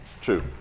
true